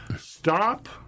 stop